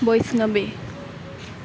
বৈষ্ণৱী